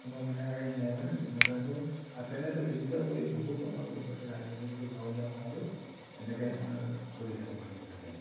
কোনো মানে ই নাই মানে ন' টেনশ্যন আৰু তেনেকৈ জীৱিকা কৰিয়ে বহুত আমাৰ বৰপেটা ৰাইজে বিশেষকৈ গাঁৱলীয়া সমাজত এনেকৈ আমাৰ চলি থাকে মানুহবিলাকে